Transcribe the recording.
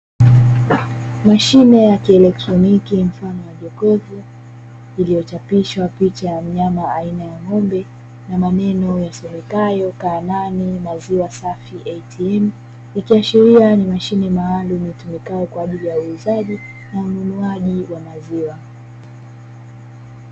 Mashine ya kielektroniki mfano wa jokofu, iliyochapishwa picha ya mnyama aina ya ng’ombe na maneno yasomekayo "Kaanani maziwa safi ATM", ikiashiria ni mashine maalumu itumikayo kwa ajili ya uuzaji na ununuaji wa maziwa.